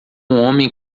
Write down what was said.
homem